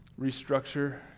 Restructure